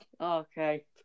Okay